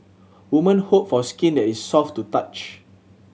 women hope for skin that is soft to the touch